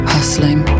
Hustling